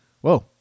Whoa